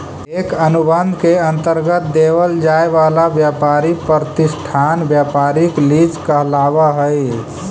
एक अनुबंध के अंतर्गत देवल जाए वाला व्यापारी प्रतिष्ठान व्यापारिक लीज कहलाव हई